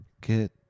get